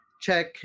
Check